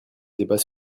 débat